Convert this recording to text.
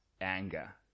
anger